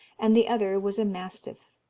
and the other was a mastiff.